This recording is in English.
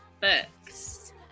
books